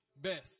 best